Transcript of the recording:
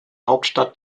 hauptstadt